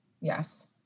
Yes